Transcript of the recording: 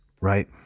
right